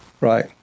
Right